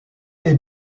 est